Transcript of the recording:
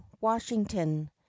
Washington